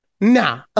nah